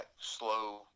slow